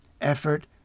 effort